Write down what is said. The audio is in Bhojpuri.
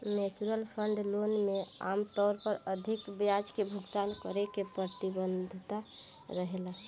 म्युचुअल फंड लोन में आमतौर पर अधिक ब्याज के भुगतान करे के प्रतिबद्धता रहेला